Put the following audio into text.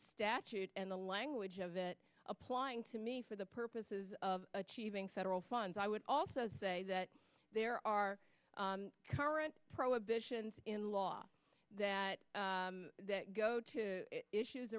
statute and the language of it applying to me for the purposes of achieving federal funds i would also say that there are current prohibitions in law that go to issues